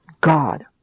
God